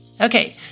Okay